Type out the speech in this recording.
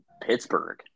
Pittsburgh